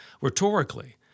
rhetorically